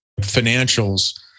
financials